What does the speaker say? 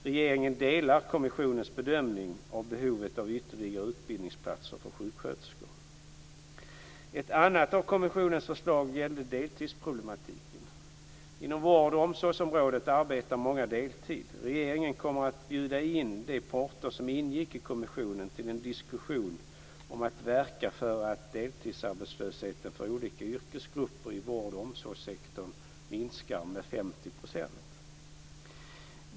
Regeringen delar kommissionens bedömning av behovet av ytterligare utbildningsplatser för sjuksköterskor. Ett annat av kommissionens förslag gällde deltidsproblematiken. Inom vård och omsorgsområdet arbetar många deltid. Regeringen kommer att bjuda in de parter som ingick i kommissionen till en diskussion om att verka för att deltidsarbetslösheten för olika yrkesgrupper i vård och omsorgssektorn minskar med 50 %.